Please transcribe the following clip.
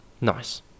Nice